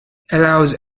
allows